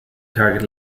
target